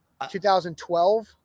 2012